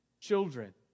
Children